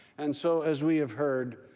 and so as we have heard,